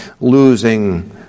losing